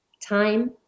time